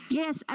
yes